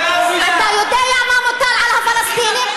אתה יודע מה מוטל על הפלסטינים?